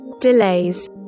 Delays